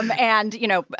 um and, you know,